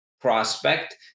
prospect